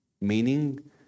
Meaning